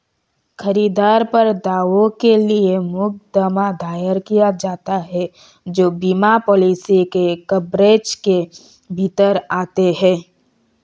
खरीदार पर दावों के लिए मुकदमा दायर किया जाता है जो बीमा पॉलिसी के कवरेज के भीतर आते हैं